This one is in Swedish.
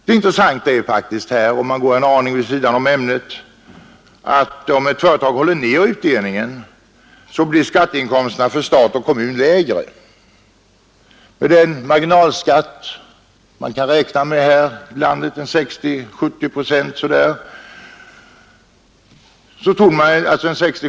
Det intressanta är faktiskt här, om jag får gå en aning vid sidan om ämnet, att om ett företag håller nere utdelningen blir skatteinkomsterna för stat och kommun lägre. Med den marginalskatt man kan räkna med torde ca.